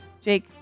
Jake